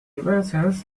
vessels